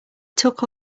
took